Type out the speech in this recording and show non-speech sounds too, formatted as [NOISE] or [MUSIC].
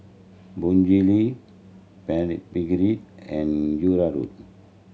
Bonjela Blephagel and [UNINTELLIGIBLE]